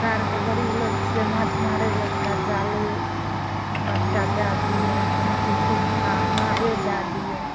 हमरा आरके गरीब लोक छियै माँछ मारै लए एकटा जाले पाँच टा दए दिअ कोनो चीज सुबिधा नावे दए दिअ